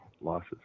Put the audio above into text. losses